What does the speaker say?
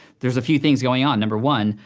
there's a few things going on, number one,